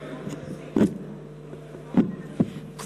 בבקשה לקום.